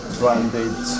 branded